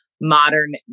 modern